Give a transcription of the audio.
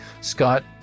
Scott